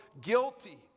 guilty